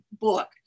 book